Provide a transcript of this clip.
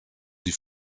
die